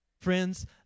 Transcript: friends